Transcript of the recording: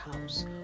house